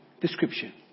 description